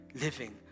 living